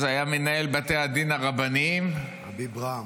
אז הוא היה מנהל בתי הדין הרבניים --- רבי אברהם.